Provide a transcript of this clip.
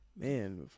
man